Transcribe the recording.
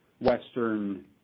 Western